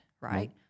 Right